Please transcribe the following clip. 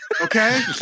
Okay